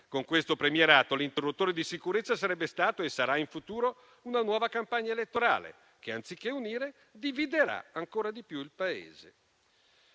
Con questo premierato l'interruttore di sicurezza sarebbe stato e sarà in futuro una nuova campagna elettorale che, anziché unire, dividerà ancora di più il Paese.